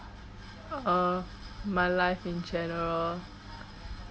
uh my life in general